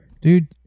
dude